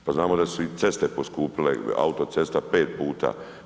Pa znamo da su i ceste poskupile, autocesta 5 puta.